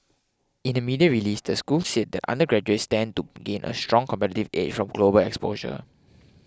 in a media release the school said that undergraduates stand to gain a strong competitive edge from global exposure